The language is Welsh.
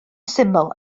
syml